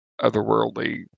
otherworldly